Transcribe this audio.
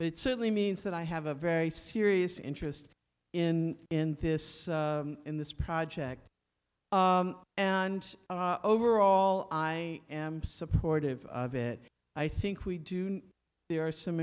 it certainly means that i have a very serious interest in this in this project and overall i am supportive of it i think we do there are some